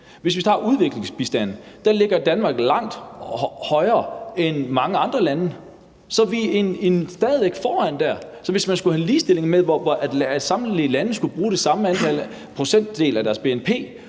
Hvis vi tager udviklingsbistanden, så ligger Danmark langt højere end mange andre lande, så vi er stadig væk foran der. Så hvis man skulle have ligestilling, sådan at samtlige lande skulle bruge den samme procentdel af deres bnp